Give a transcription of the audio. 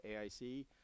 AIC